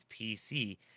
PC